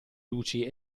luci